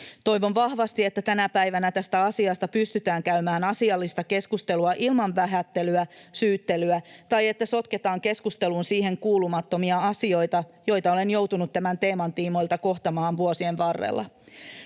Toivon vahvasti, että tänä päivänä tästä asiasta pystytään käymään asiallista keskustelua ilman vähättelyä, syyttelyä tai että sotketaan keskusteluun siihen kuulumattomia asioita, joita olen joutunut tämän teeman tiimoilta kohtamaan vuosien varrella.